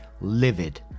livid